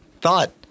thought